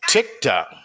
TikTok